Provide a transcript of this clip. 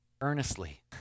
earnestly